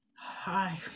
Hi